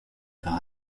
par